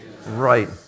Right